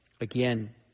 again